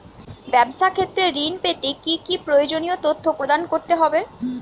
ব্যাবসা ক্ষেত্রে ঋণ পেতে কি কি প্রয়োজনীয় তথ্য প্রদান করতে হবে?